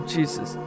Jesus